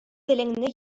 телеңне